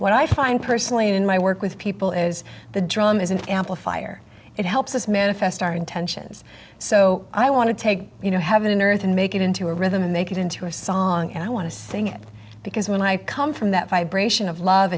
what i find personally in my work with people is the drum is an amplifier it helps us manifest our intentions so i want to take you know heaven and earth and make it into a rhythm and make it into a song and i want to sing it because when i come from that vibration of love